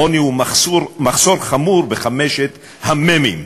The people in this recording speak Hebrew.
עוני הוא מחסור חמור בחמשת המ"מים.